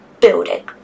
building